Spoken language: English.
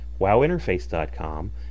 wowinterface.com